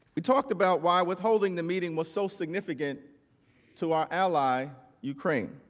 we talked about why withholding the meeting was so significant to our ally ukraine.